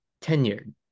tenured